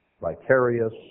vicarious